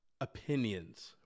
opinions